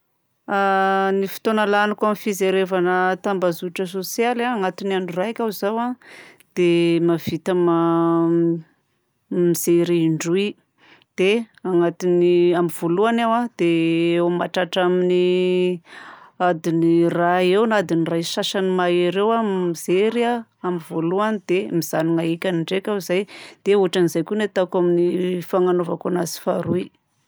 A ny fotoagna laniko amin'ny fijerevagna tambajotra sosialy a, agnatin'ny andro raika aho zao a dia mahavita ma- mijery indroy. Dia agnatin'ny, amin'ny voalohany aho a dia eo mahatratra amin'ny adiny iray eo na adiny iray sasany mahery eo aho mijery amin'ny voalohany dia mijanona ekany ndraika aho zay. Dia ôtran'izay koa ny ataoko amin'ny fagnanovako anazy faharoa igny.